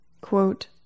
Quote